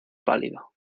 pálido